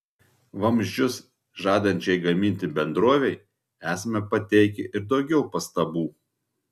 vamzdžius žadančiai gaminti bendrovei esame pateikę ir daugiau pastabų